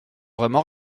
vraiment